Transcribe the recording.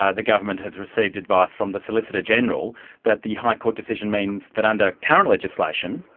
ah the government has received advice from the solicitor general that the high court decision means that, under current legislation,